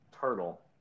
turtle